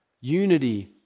unity